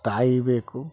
ತಾಯಿ ಬೇಕು